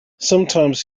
sometimes